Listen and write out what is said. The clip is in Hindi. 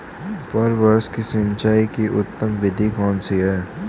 फल वृक्ष की सिंचाई की उत्तम विधि कौन सी है?